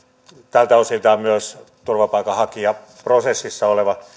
näiltä osin myös turvapaikanhakijaprosessissa olevan